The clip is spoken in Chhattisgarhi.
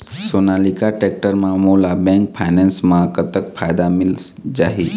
सोनालिका टेक्टर म मोला बैंक फाइनेंस म कतक फायदा मिल जाही?